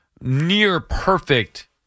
near-perfect